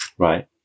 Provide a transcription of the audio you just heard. Right